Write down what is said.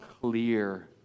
clear